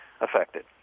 affected